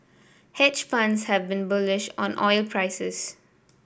hedge funds have been bullish on oil prices